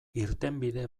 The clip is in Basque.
irtenbide